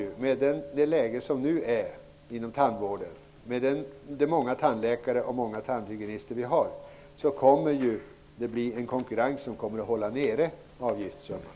Med det läge som vi nu har inom tandvården med så många tandläkare och tandhygienister, tror vi att konkurrensen kommer att hålla nere avgifterna.